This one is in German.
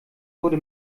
wurde